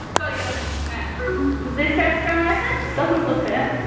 gotta get on the internet. is this restaurant open? doesn't look it